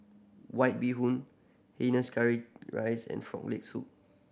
White Bee Hoon hainanese curry rice and Frog Leg Soup